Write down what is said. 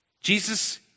Jesus